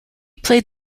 played